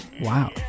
Wow